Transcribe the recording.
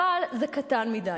אבל זה קטן מדי.